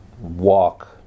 walk